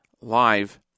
live